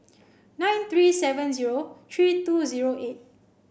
nine three seven zero three two zero eight